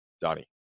Donnie